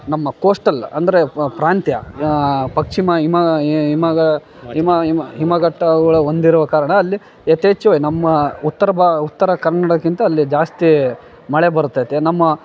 ನಮ್ಮ ಕೋಸ್ಟಲ್ ಅಂದರೆ ಪ್ರಾಂತ್ಯ ಪಶ್ಚಿಮ ಇಮಾ ಹಿಮಗ ಹಿಮ ಹಿಮ ಹಿಮಗುಡ್ಡಗಳ ಹೊಂದಿರುವ ಕಾರಣ ಅಲ್ಲಿ ಯಥೇಚ್ಛ ನಮ್ಮ ಉತ್ತರ ಬಾ ಉತ್ತರ ಕನ್ನಡಕ್ಕಿಂತ ಅಲ್ಲಿ ಜಾಸ್ತಿ ಮಳೆ ಬರುತೈತೆ ನಮ್ಮ